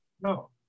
No